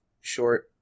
short